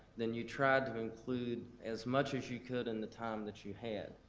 then you tried to include as much as you could in the time that you had.